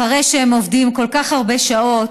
אחרי שהם עובדים כל כך הרבה שעות,